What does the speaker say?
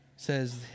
says